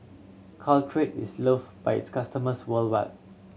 Caltrate is love by its customers worldwide